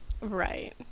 Right